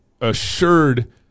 assured